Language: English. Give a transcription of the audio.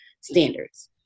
standards